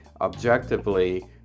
objectively